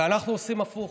ואנחנו עושים הפוך,